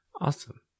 Awesome